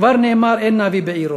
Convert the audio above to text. כבר נאמר: אין נביא בעירו.